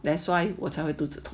that's why 我才会肚子疼